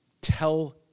Tell